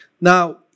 Now